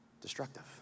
destructive